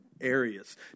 areas